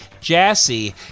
jassy